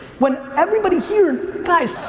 when everybody here, guys,